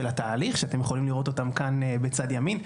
התהליך אתם יכולים לראות אותם כאן בצד ימין.